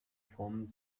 formen